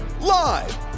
live